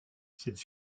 cette